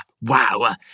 Wow